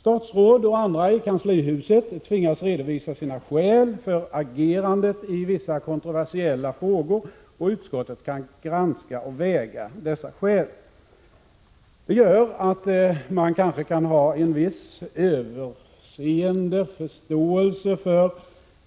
Statsråd och andra i kanslihuset tvingas redovisa sina skäl för agerandet i vissa kontroversiella frågor, och utskottet kan granska och väga dessa skäl. Detta gör att man kanske kan ha en viss överseende förståelse för